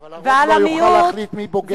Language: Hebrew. אבל הרוב לא יוכל להחליט מי בוגד ומי לא.